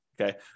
Okay